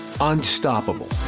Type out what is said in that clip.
unstoppable